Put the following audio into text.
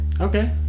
Okay